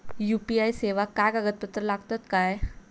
UPI सेवाक काय कागदपत्र लागतत काय?